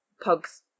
pugs